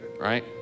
right